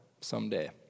someday